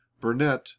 Burnett